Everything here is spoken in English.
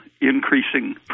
increasing